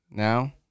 Now